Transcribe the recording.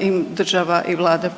im država i Vlada